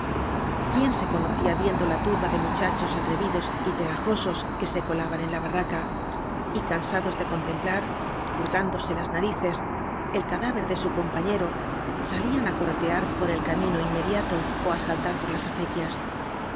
bien se co nocía viendo la turba de muchachos atrevidos y pegajosos que se colaban en la barraca y cansados de contemplar hurgándose las na rices el cadáver de su compañero salían á corretear por el camino inmediato ó á saltar las acequias